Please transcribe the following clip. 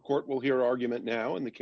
court will hear argument now in the